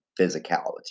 physicality